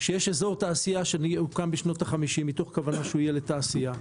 יש אזור תעשייה שהוקם בשנות החמישים מתוך כוונה שהוא יהיה לתעשייה,